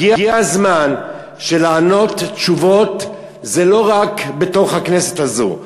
הגיע הזמן שלענות תשובות זה לא רק בתוך הכנסת הזאת,